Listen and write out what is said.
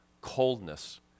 Coldness